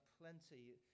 plenty